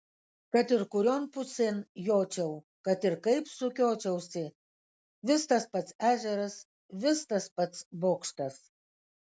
kad ir kurion pusėn jočiau kad ir kaip sukiočiausi vis tas pats ežeras vis tas pats bokštas